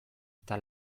eta